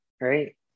right